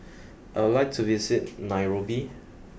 I would like to visit Nairobi